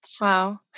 Wow